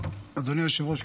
אדוני היושב-ראש,